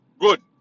Good